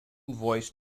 voice